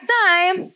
time